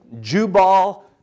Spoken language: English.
jubal